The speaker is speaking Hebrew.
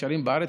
נשארים בארץ,